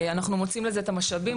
אנחנו מוצאים לזה את המשאבים,